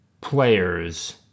players